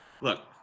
Look